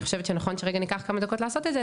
חושבת שנכון שניקח רגע כמה דקות לעשות את זה,